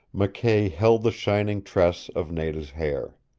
mckay held the shining tress of nada's hair.